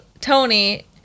Tony